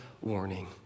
warning